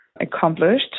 accomplished